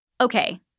Okay